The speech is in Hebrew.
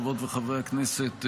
חברות וחברי הכנסת,